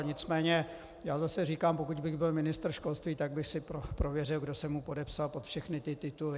Nicméně já zase říkám, pokud bych byl ministr školství, tak bych si prověřil, kdo se mu podepsal pod všechny ty tituly.